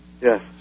Yes